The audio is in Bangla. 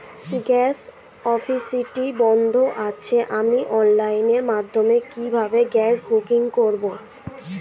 গ্যাস অফিসটি বন্ধ আছে আমি অনলাইনের মাধ্যমে কিভাবে গ্যাস বুকিং করব?